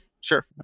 sure